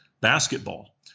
basketball